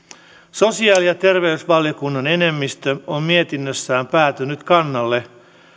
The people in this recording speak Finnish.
sosiaali ja terveysvaliokunnan enemmistö on mietinnössään päätynyt kannalle